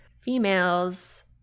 females